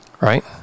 Right